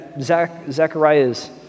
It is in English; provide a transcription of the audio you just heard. zachariah's